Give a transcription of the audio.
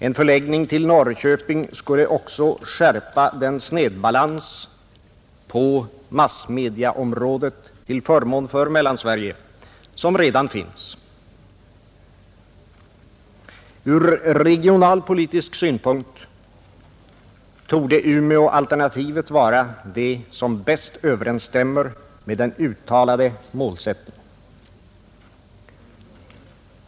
En förläggning till Norrköping skulle också skärpa den snedbalans på massmediaområdet till förmån för Mellansverige som redan finns. Ur regionalpolitisk synpunkt torde Umeåalternativet vara det som bäst överensstämmer med den allmänt uttalade målsättningen.